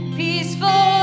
peaceful